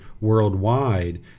worldwide